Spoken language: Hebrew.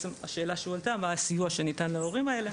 השאלה שהועלתה היא מה הסיוע שניתן להורים האלה.